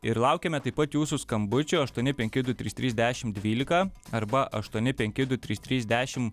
ir laukiame taip pat jūsų skambučių aštuoni penki du trys trys dešimt dvylika arba aštuoni penki du trys trys dešim